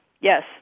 Yes